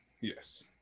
Yes